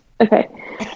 Okay